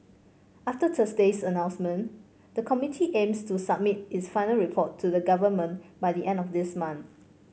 after Thursday's announcement the committee aims to submit its final report to the government by the end of this month